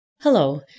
Hello